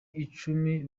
icumi